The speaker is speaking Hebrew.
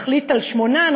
נחליט על 8%,